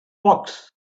box